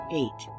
eight